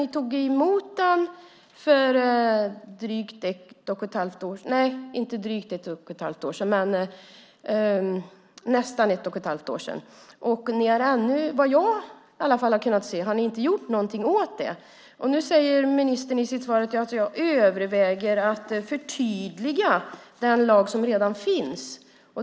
Ni tog emot den för nästan ett och ett halvt år sedan, och i alla fall vad jag har kunnat se har ni inte gjort någonting åt det här. Nu säger ministern i sitt svar att han överväger att förtydliga den lag som redan finns.